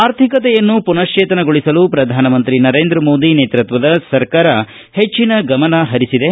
ಆರ್ಥಿಕತೆಯನ್ನು ಪುನಕ್ಷೇತನಗೊಳಿಸಲು ಪ್ರಧಾನಮಂತ್ರಿ ನರೇಂದ್ರಮೋದಿ ನೇತೃತ್ವದ ಸರ್ಕಾರ ಹೆಚ್ಚಿನ ಗಮನ ಪರಿಸಿದೆ